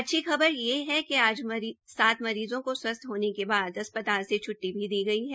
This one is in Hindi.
अच्छी खबर ये है कि आज सात मरीज़ों को स्वस्थ होने के बाद अस्पताल से छ्ट्टी भी दी गई है